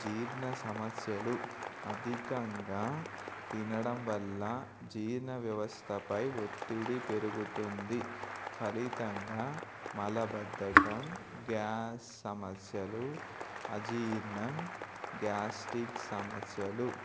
జీర్ణ సమస్యలు అధికంగా తినడం వల్ల జీర్ణ వ్యవస్థపై ఒత్తిడి పెరుగుతుంది ఫలితంగా మలబద్దకం గ్యాస్ సమస్యలు అజీర్ణం గ్యాస్ట్రిక్ సమస్యలు